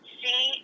see